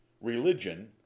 Religion